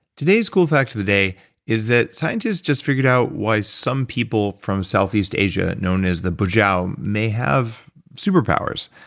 today's cool fact of the day is that scientists just figured out why some people from southeast asia, known as the but may have super powers.